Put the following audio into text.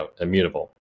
immutable